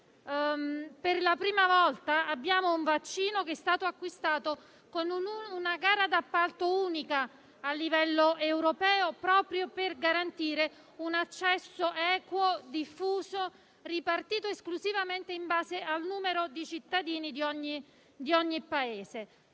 Per la prima volta abbiamo un vaccino che è stato acquistato con una gara d'appalto unica a livello europeo, proprio per garantire un accesso equo, diffuso e ripartito esclusivamente in base al numero dei cittadini di ogni Paese.